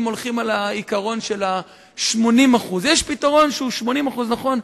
אם הולכים על העיקרון של ה-80% יש פתרון שהוא 80% נכון,